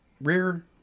rear